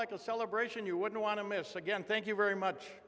like a celebration you wouldn't want to miss again thank you very much